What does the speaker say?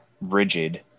rigid